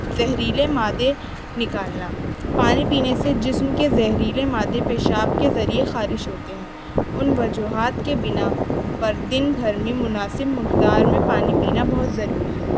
زہریلے مادے نکالنا پانی پینے سے جسم کے زہریلے مادے پیشاب کے ذریعے خارج ہوتے ہیں ان وجوہات کی بنا پر دن بھر میں مناسب مقدار میں پانی پینا بہت ضروری ہے